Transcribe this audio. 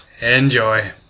Enjoy